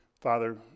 Father